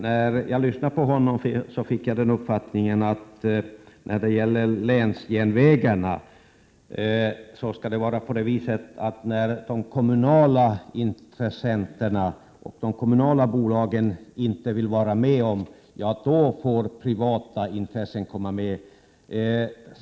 När jag lyssnade på honom fick jag uppfattningen att socialdemokraterna anser att när kommunala intressenter eller kommunala bolag inte är intresserade i fråga om länsjärnvägarna, då får budet gå till privata intressenter.